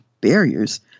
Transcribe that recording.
barriers